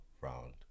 round